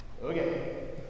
Okay